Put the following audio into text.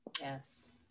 Yes